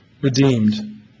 redeemed